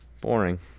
boring